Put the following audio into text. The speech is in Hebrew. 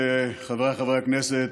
חבריי חברי הכנסת,